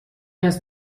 است